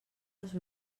les